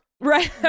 Right